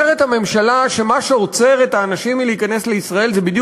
אומרת הממשלה שמה שעוצר את האנשים מלהיכנס לישראל זה בדיוק